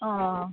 ആ